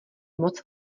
moc